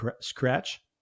scratch